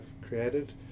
created